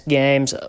games